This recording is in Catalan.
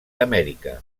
amèrica